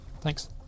Thanks